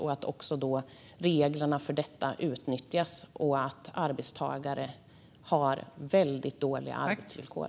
Och vad gör vi åt att reglerna för detta utnyttjas och att arbetstagare har väldigt dåliga arbetsvillkor?